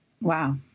Wow